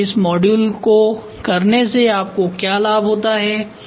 और फिर इस मॉड्यूल को करने से आपको क्या लाभ होता है